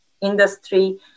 industry